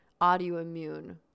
audioimmune